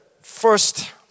first